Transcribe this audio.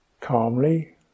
calmly